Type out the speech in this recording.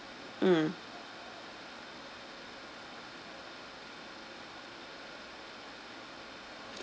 mm